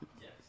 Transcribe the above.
Yes